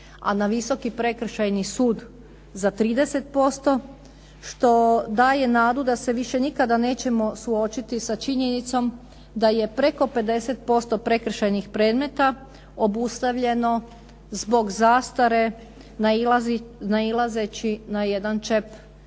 a na Visoki prekršajni sud za 30% što daje nadu da se više nikada nećemo suočiti sa činjenicom da je preko 50% prekršajnih predmeta obustavljeno zbog zastare nailazeći na jedan čep